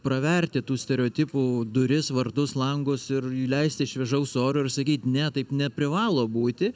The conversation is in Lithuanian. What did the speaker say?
praverti tų stereotipų duris vartus langus ir įleisti šviežaus oro ir sakyt ne taip neprivalo būti